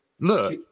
look